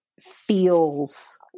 feels